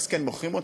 אז כן, מוכרים אותן.